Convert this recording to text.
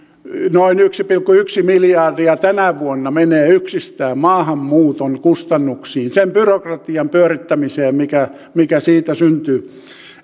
noin yksi pilkku yksi miljardia tänä vuonna menee yksistään maahanmuuton kustannuksiin sen byrokratian pyörittämiseen mikä mikä siitä syntyy